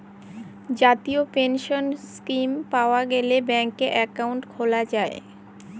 জাতীয় pension scheme পাওয়া গেলে ব্যাঙ্কে একাউন্ট খোলা যায়